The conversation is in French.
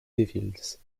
devils